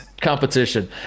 competition